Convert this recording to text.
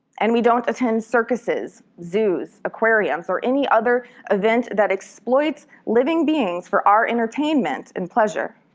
and we don't attend circuses, zoos, aquariums, or any other event that exploits living beings for our entertainment and pleasure.